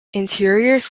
interiors